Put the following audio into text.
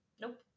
nope